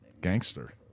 gangster